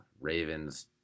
Ravens